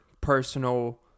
personal